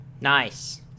Nice